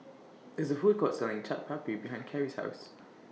There IS A Food Court Selling Chaat Papri behind Cary's House